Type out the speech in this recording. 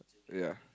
ya